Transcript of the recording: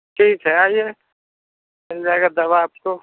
ठीक है आइए मिल जाएगी दवा आपको